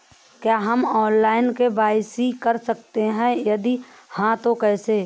क्या हम online KYC कर सकते हैं यदि हाँ तो कैसे?